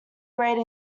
grade